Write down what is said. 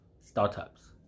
startups